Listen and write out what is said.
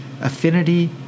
affinity